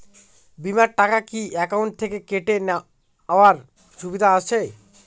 বিমার টাকা কি অ্যাকাউন্ট থেকে কেটে নেওয়ার সুবিধা আছে?